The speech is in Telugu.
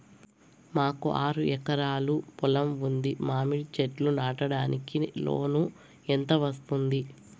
మాకు ఆరు ఎకరాలు పొలం ఉంది, మామిడి చెట్లు నాటడానికి లోను ఎంత వస్తుంది?